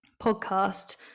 podcast